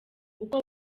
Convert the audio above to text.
uko